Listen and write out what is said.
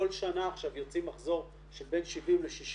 כל שנה עכשיו יוצא מחזור של בין 60 ל-70